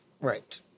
Right